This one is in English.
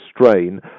strain